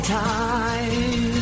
time